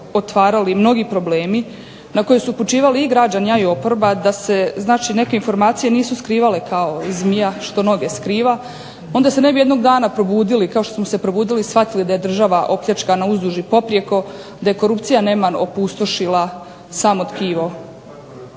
otvarali mnogi problemi na koje su upućivali i građani, a i oporba, da se znači neke informacije nisu skrivale kao zmija što noge skriva onda se ne bi jednog dana probudili kao što smo se probudili i shvatili da je država opljačkana uzduž i poprijeko, da je korupcija neman opustošila samo tkivo